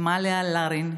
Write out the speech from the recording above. אמיליה לרין,